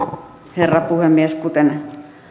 herra puhemies kuten